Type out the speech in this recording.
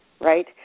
right